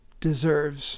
deserves